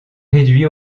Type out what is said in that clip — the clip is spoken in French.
réduit